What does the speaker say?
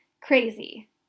Crazy